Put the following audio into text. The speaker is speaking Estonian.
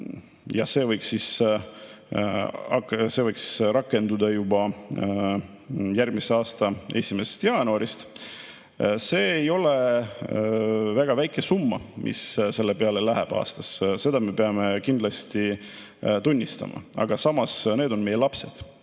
ja see võiks rakenduda juba järgmise aasta 1. jaanuarist. See ei ole väga väike summa, mis selle peale läheb aastas. Seda me peame kindlasti tunnistama. Aga samas, need on meie lapsed,